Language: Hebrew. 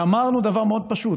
אמרנו דבר מאוד פשוט,